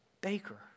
baker